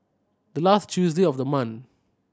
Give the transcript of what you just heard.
the last Tuesday of the month